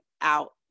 out